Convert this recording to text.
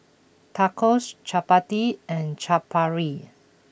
Tacos Chapati and Chaat Papri